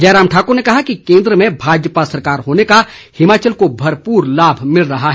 जयराम ठाकुर ने कहा कि केंद्र में भाजपा सरकार होने का हिमाचल को भरपूर लाभ मिल रहा है